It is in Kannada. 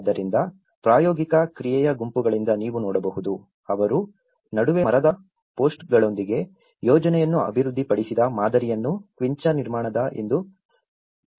ಆದ್ದರಿಂದ ಪ್ರಾಯೋಗಿಕ ಕ್ರಿಯೆಯ ಗುಂಪುಗಳಿಂದ ನೀವು ನೋಡಬಹುದು ಅವರು ನಡುವೆ ಮರದ ಪೋಸ್ಟ್ಗಳೊಂದಿಗೆ ಯೋಜನೆಯನ್ನು ಅಭಿವೃದ್ಧಿಪಡಿಸಿದ ಮಾದರಿಯನ್ನು ಕ್ವಿಂಚಾ ನಿರ್ಮಾಣ ಎಂದು ಕರೆಯಲಾಗುತ್ತದೆ